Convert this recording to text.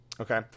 Okay